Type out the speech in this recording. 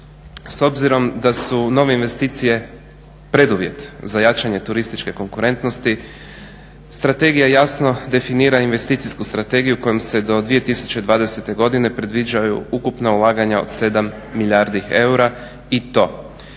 s obzirom da su nove investicije preduvjet za jačanje turističke konkurentnosti, strategija jasno definira investicijsku strategiju kojom se do 2020. godine predviđaju ukupna ulaganja od 7 milijardi eura i to